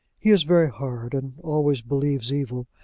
he is very hard, and always believes evil.